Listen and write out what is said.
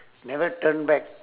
never turn back